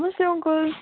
नमस्ते अङ्कल